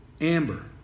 amber